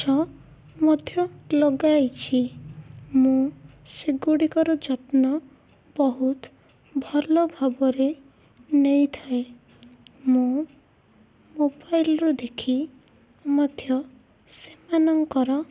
ଗଛ ମଧ୍ୟ ଲଗାଇଛି ମୁଁ ସେଗୁଡ଼ିକର ଯତ୍ନ ବହୁତ ଭଲ ଭାବରେ ନେଇଥାଏ ମୁଁ ମୋବାଇଲ୍ରୁ ଦେଖି ମଧ୍ୟ ସେମାନଙ୍କର